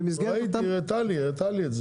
היא הראתה לי את זה.